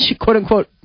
quote-unquote